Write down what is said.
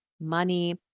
money